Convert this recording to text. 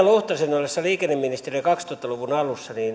luhtasen ollessa liikenneministerinä kaksituhatta luvun alussa